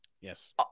yes